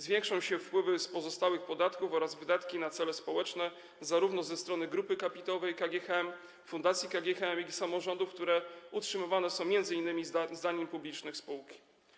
Zwiększą się wpływy z pozostałych podatków oraz wydatki na cele społeczne zarówno ze strony Grupy Kapitałowej KGHM, Fundacji KGHM, jak i samorządów, które utrzymywane są m.in. z danin publicznych spółki.